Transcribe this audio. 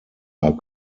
are